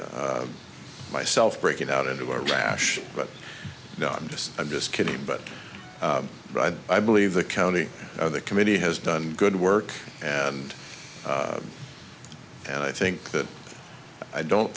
myself breaking out into a rash but now i'm just i'm just kidding but i believe the county of the committee has done good work and and i think that i don't